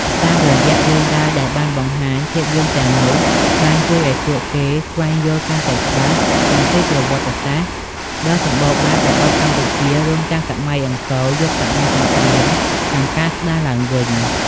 តាមរយៈរឿងរ៉ាវដែលបានបង្ហាញ ភាពយន្តទាំងនោះបាន ជួយឱ្យពួកគេស្វែងយល់កាន់តែច្បាស់អំពីប្រវត្តិសាស្ត្រ ដ៏សម្បូរបែបរបស់កម្ពុជា រួមទាំងសម័យអង្គរ យុគសម័យសង្គ្រាម និងការស្ដារឡើងវិញ។